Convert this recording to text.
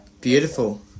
Beautiful